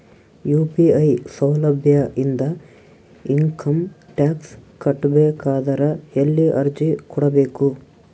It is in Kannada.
ಯು.ಪಿ.ಐ ಸೌಲಭ್ಯ ಇಂದ ಇಂಕಮ್ ಟಾಕ್ಸ್ ಕಟ್ಟಬೇಕಾದರ ಎಲ್ಲಿ ಅರ್ಜಿ ಕೊಡಬೇಕು?